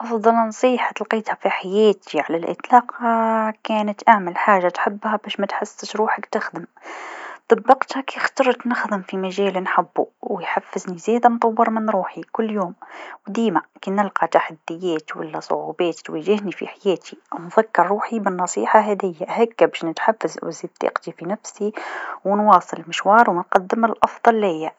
أفضل نصيحه لقيتها في حياتي على الإطلاق كانت أعمل حاجه تحبها باش متحسش روحك تخدم، طبقتها كي خترت نخدم في مجال نحبو و يحفزني زادا نطور من روحي كل يوم و ديما كنلقى تحديات ولا صعوبات تواجهني في حياتي نفكر روحي بالنصيحه هاذيا هاكا باش نتحفز و نزيد ثقتي بنفسي و نواصل المشوار و نقدم الأفضل ليا.